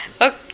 Okay